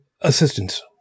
assistance